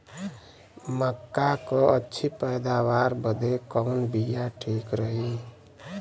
मक्का क अच्छी पैदावार बदे कवन बिया ठीक रही?